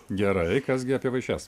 gerai kas gi apie vaišes